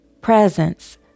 presence